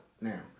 Now